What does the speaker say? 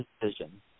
decision